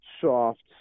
soft